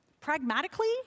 Pragmatically